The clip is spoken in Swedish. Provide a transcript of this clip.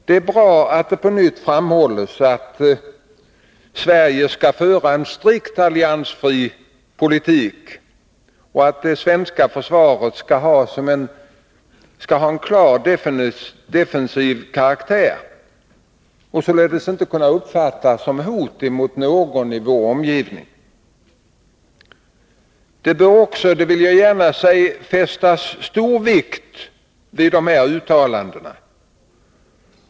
Det är bra att det på nytt framhålls att Sverige skall föra en strikt alliansfri politik och att det svenska försvaret skall ha en klar defensiv karaktär och således inte kunna uppfattas som ett hot mot någon i vår omgivning. Det bör — det vill jag gärna säga — fästas stor vikt vid de här uttalandena.